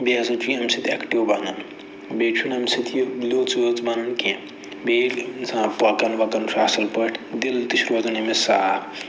بیٚیہِ ہسا چھُ یہِ اَمہِ سۭتۍ اٮ۪کٹِو بَنان بیٚیہِ چھُنہٕ اَمہِ سۭتۍ یہِ لیوٚژ ویوٚژ بَنان کیٚنہہ بیٚیہِ ییٚلہِ اِنسان پَکان وَکان چھُ اَصٕل پٲٹھۍ دِل تہِ چھُ روزان أمِس صاف